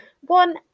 one